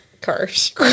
cars